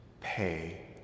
pay